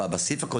הסעיף הקודם